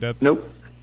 Nope